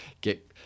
Get